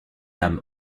âme